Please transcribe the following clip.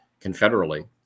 confederally